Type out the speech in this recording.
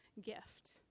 gift